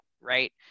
right